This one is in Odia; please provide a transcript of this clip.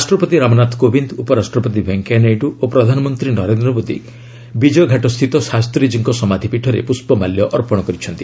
ରାଷ୍ଟ୍ରପତି ରାମନାଥ କୋବିନ୍ଦ ଉପରାଷ୍ଟ୍ରପତି ଭେଙ୍କିୟା ନାଇଡୁ ଓ ପ୍ରଧାନମନ୍ତ୍ରୀ ନରେନ୍ଦ୍ର ମୋଦି ବିଜୟଘାଟସ୍ଥିତ ଶାସ୍ତିଜୀଙ୍କ ସମାଧ୍ୟପୀଠରେ ପୁଷ୍ପମାଲ୍ୟ ଅର୍ପଣ କରିଛନ୍ତି